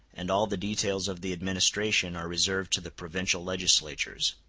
and all the details of the administration are reserved to the provincial legislatures.